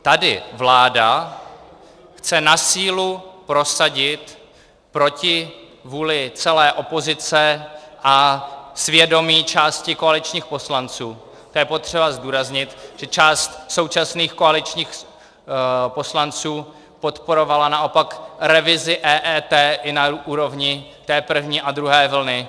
Tady vláda chce na sílu prosadit proti vůli celé opozice a svědomí části koaličních poslanců to je potřeba zdůraznit, že část současných koaličních poslanců podporovala naopak revizi EET i na úrovni té první a druhé vlny.